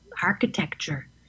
Architecture